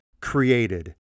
created